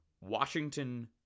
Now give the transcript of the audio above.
Washington